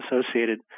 associated